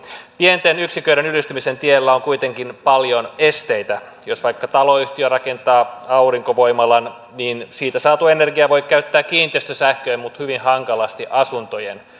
pienten yksiköiden yhdistymisen tiellä on kuitenkin paljon esteitä jos vaikka taloyhtiö rakentaa aurinkovoimalan niin siitä saatua energiaa voi käyttää kiinteistösähköön mutta hyvin hankalasti asuntojen